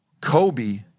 Kobe